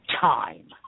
time